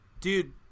dude